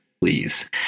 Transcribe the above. please